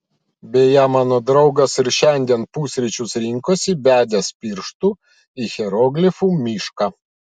beje mano draugas ir šiandien pusryčius rinkosi bedęs pirštu į hieroglifų mišką